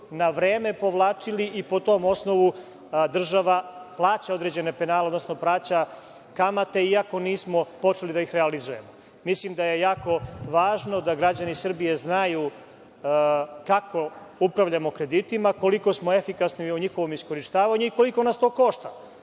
na vreme povlačili, i po tom osnovu država plaća određene penale, odnosno plaća kamate, iako nismo počeli da ih realizujemo. Mislim da je jako važno da građani Srbije znaju kako upravljamo kreditima, koliko smo efikasni u njihovom iskorišćavanju i koliko nas to košta,